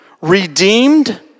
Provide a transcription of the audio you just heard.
redeemed